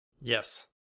yes